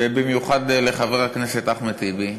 ובמיוחד לחבר הכנסת אחמד טיבי,